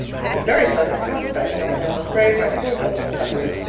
that's a very pleasant prospect only i am afraid my poor book will suffer.